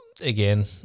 again